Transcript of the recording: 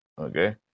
Okay